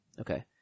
Okay